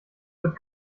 wird